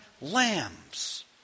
lambs